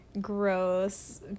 gross